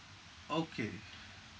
okay